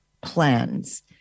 Plans